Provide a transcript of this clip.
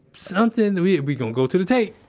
something! we we going to go to the tape.